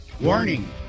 Warning